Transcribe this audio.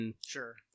sure